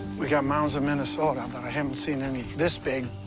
we got mounds in minnesota, but i haven't seen any this big.